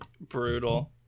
Brutal